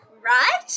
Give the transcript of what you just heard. right